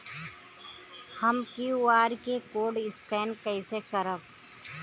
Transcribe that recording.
हम QR code scan कइसे करब?